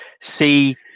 see